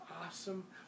awesome